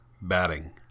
Batting